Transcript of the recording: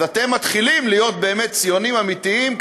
אז אתם מתחילים להיות באמת ציונים אמיתיים,